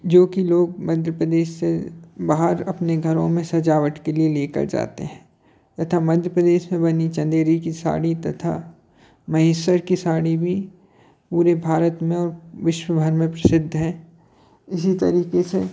जो कि लोग मध्य प्रदेश से बाहर अपने घरों में सजावट के लिए लेकर जाते हैं तथा मध्य प्रदेश में बनी चँदेरी कि साड़ी तथा महेश्वर कि साड़ी भी पूरे भारत में और विश्वभर में प्रसिद्ध है इसी तरीक़े से